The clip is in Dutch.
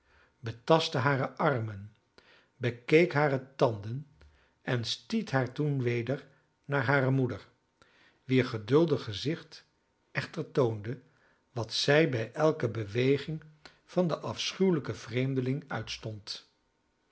betastte hare armen bekeek hare tanden en stiet haar toen weder naar hare moeder wier geduldig gezicht echter toonde wat zij bij elke beweging van den afschuwelijken vreemdeling uitstond